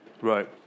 Right